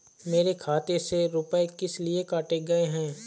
मेरे खाते से रुपय किस लिए काटे गए हैं?